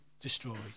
destroyed